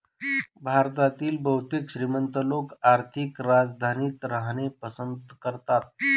भारतातील बहुतेक श्रीमंत लोक आर्थिक राजधानीत राहणे पसंत करतात